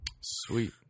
Sweet